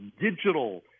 digital